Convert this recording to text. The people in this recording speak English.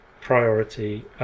priority